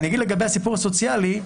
לגבי הסיפור הסוציאלי,